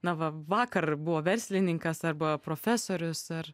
na va vakar buvo verslininkas arba profesorius ar